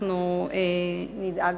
נדאג